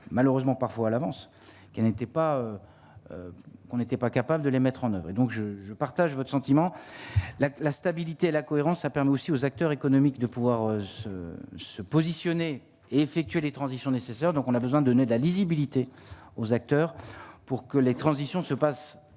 malheureusement parfois à l'avance qu'elle n'était pas, on n'était pas capable de les mettre en oeuvre et donc je je partage votre sentiment, la stabilité, la cohérence, ça permet aussi aux acteurs économiques, de pouvoir se se positionner et effectuer les transitions nécessaires, donc on a besoin de nez la lisibilité aux acteurs pour que les transitions se passe